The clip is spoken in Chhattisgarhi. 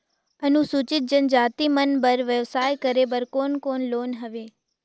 अनुसूचित जनजाति मन बर व्यवसाय करे बर कौन कौन से लोन हवे?